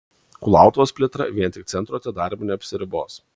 kulautuvos plėtra vien tik centro atidarymu neapsiribos